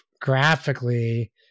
graphically